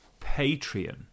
Patreon